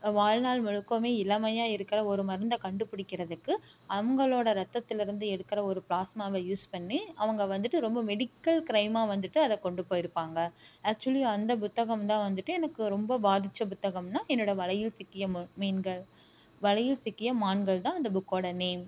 வாழ்நாள் முழுக்கவுமே இளமையாக இருக்கிற ஒரு மருந்தை கண்டுபுடிக்கிறதுக்கு அவங்களோட ரத்தத்துலேருந்து எடுக்கிற ஒரு பிளாஸ்மாவை யூஸ் பண்ணி அவங்க வந்துவிட்டு ரொம்ப மெடிக்கல் கிரைமாக வந்துவிட்டு அதை கொண்டு போய் இருப்பாங்க ஆக்சுவலி அந்த புத்தகம்தான் வந்துவிட்டு எனக்கு ரொம்ப பாதித்த புத்தகமுன்னா என்னோடய வலையில் சிக்கிய மீன்கள் வலையில் சிக்கிய மான்கள்தான் அந்த புக்கோடய நேம்